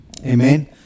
amen